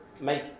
make